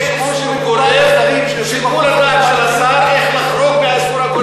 שיקול הדעת של השר איך לחרוג מהאיסור הגורף.